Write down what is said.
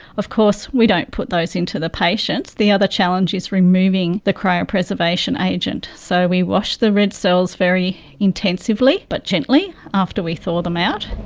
of course we don't put those into the patients. the other challenge is removing the cryopreservation agent. so we wash the red cells very intensively but gently after we thaw them out.